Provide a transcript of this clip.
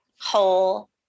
whole